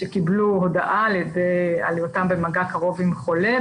שקיבלו הודעה על מגע קרוב עם חולה,